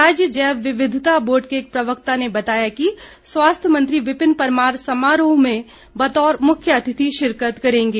राज्य जैव विविधता बोर्ड के एक प्रवक्ता ने बताया कि स्वास्थ्य मंत्री विपिन परमार समारोह में बतौर मुख्य अतिथि शिरकत करेंगे